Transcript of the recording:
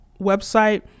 website